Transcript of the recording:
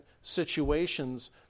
situations